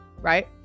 right